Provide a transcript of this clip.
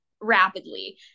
rapidly